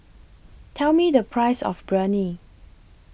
Tell Me The Price of Biryani